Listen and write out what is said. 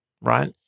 right